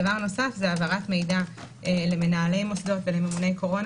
דבר נוסף זה העברת מידע למנהלי מוסדות וממוני קורונה